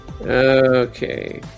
Okay